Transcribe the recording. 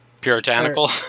Puritanical